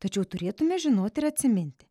tačiau turėtume žinoti ir atsiminti